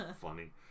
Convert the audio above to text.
funny